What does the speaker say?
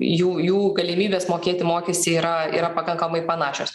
jų jų galimybės mokėti mokestį yra yra pakankamai panašios